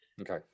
okay